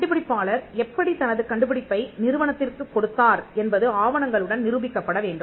கண்டுபிடிப்பாளர் எப்படி தனது கண்டுபிடிப்பை நிறுவனத்திற்கு கொடுத்தார் என்பது ஆவணங்களுடன் நிரூபிக்கப்பட வேண்டும்